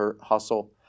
hustle